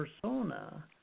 persona